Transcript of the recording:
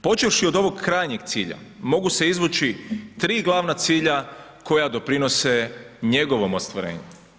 Počevši od ovog krajnjeg cilja mogu se izvući 3 glavna cilja koja doprinose njegovom ostvarenju.